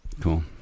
cool